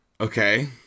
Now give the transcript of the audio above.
okay